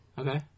Okay